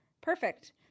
Perfect